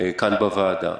כאן בוועדה.